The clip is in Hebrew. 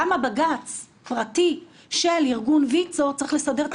למה בג"ץ פרטי של ארגון ויצ"ו צריך לסדר את